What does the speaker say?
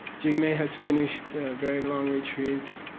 jigme has finished very long retreats,